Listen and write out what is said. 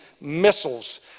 missiles